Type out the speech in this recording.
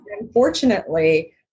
unfortunately